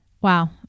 Wow